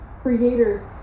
Creator's